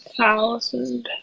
thousand